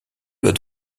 doit